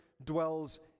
dwells